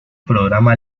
programa